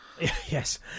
Yes